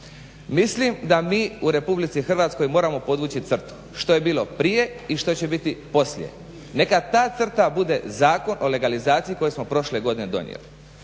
Mislim da mi u Republici Hrvatskoj moramo podvući crtu što je bilo prije i što će biti poslije. Neka ta crta bude Zakon o legalizaciji koji smo prošle godine donijeli.